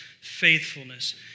faithfulness